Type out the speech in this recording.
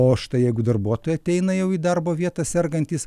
o štai jeigu darbuotojai ateina jau į darbo vietą sergantys